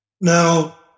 Now